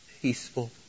peaceful